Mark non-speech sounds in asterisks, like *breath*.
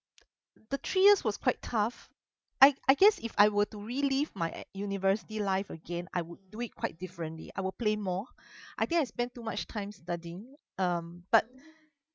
the three years was quite tough I I guess if I were to relive my university life again I would do it quite differently I will play more *breath* I think I spent too much time studying um but